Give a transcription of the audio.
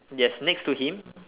yes next to him